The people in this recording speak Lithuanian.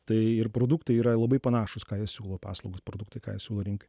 tai ir produktai yra labai panašūs ką jie siūlo paslaugas produktai ką jie siūlo rinkai